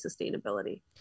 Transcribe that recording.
sustainability